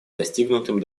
достигнутым